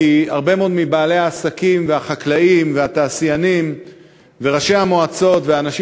כי הרבה מאוד מבעלי העסקים והחקלאים והתעשיינים וראשי המועצות והאנשים